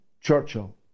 Churchill